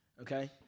okay